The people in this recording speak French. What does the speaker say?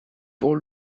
pour